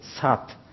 Sat